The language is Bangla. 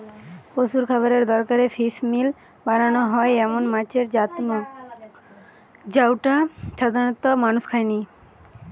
পশুর খাবারের দরকারে ফিসমিল বানানা হয় এমন মাছের জাত নু জউটা সাধারণত মানুষ খায়নি